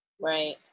right